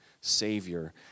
Savior